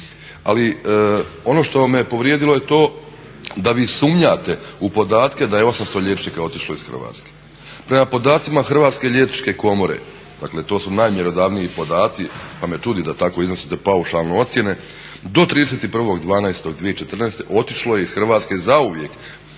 Ali, ono što me povrijedilo je to da vi sumnjate u podatke da je 800 liječnika otišlo iz Hrvatske. Prema podacima Hrvatske liječničke komore, dakle to su najmjerodavniji podaci, pa me čudi da tako iznosite paušalno ocjene, do 31.12.2014. otišlo je iz Hrvatske zauvijek,